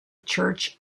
church